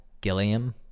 Gilliam